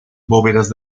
bóvedas